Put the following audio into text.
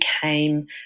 came